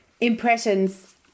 impressions